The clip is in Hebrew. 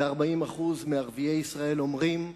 ו-40% מערביי ישראל אומרים: